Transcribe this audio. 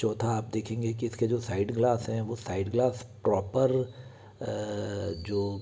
चौथा आप देखेंगे कि इसके जो साइड ग्लास हैं वो साइड ग्लास प्रॉपर जो